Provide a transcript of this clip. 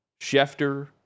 Schefter